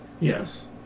Yes